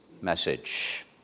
message